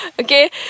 Okay